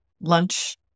Lunch